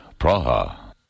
Praha